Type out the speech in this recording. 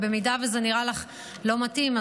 ואם זה נראה לך לא מתאים,